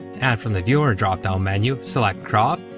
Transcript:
and from the viewer drop down menu, select crop,